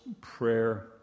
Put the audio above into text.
prayer